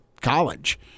college